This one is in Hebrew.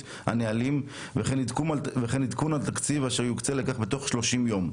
הנהלים וכן עדכון על תקציב אשר יוקצה לכך בתוך 30 יום.